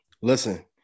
listen